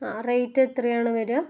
ആ റേറ്റ് എത്രയാണ് വരിക